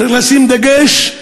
צריך לשים דגש,